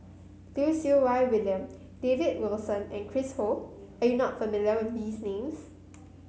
Lim Siew Wai William David Wilson and Chris Ho are you not familiar with these names